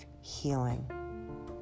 healing